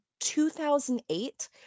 2008